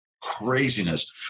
craziness